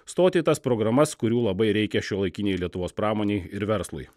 stoti į tas programas kurių labai reikia šiuolaikinei lietuvos pramonei ir verslui